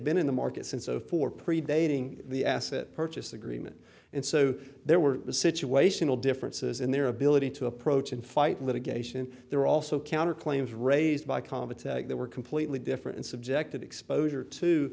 been in the market since zero four predating the asset purchase agreement and so there were situational differences in their ability to approach and fight litigation there also counter claims raised by comments that were completely different and subject to exposure to